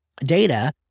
data